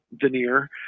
veneer